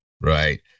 right